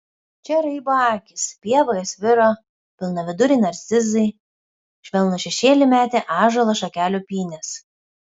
čia raibo akys pievoje sviro pilnaviduriai narcizai švelnų šešėlį metė ąžuolo šakelių pynės